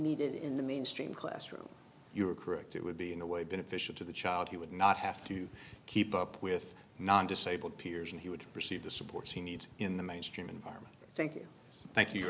needed in the mainstream classroom you are correct it would be in a way beneficial to the child he would not have to keep up with non disabled peers and he would receive the support he needs in the mainstream environment thank you thank you